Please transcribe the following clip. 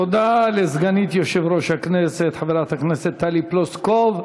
תודה לסגנית יושב-ראש הכנסת חברת הכנסת טלי פלוסקוב.